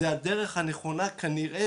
זו הדרך הנכונה כנראה,